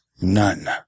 None